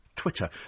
Twitter